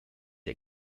der